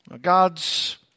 God's